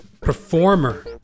Performer